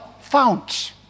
found